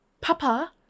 Papa